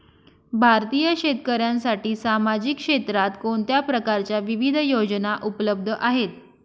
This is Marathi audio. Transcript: भारतीय शेतकऱ्यांसाठी सामाजिक क्षेत्रात कोणत्या प्रकारच्या विविध योजना उपलब्ध आहेत?